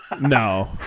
No